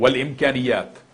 היא להכין תוכנית ,